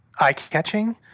eye-catching